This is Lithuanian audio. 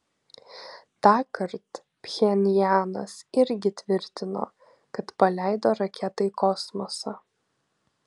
tąkart pchenjanas irgi tvirtino kad paleido raketą į kosmosą